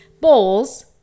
bowls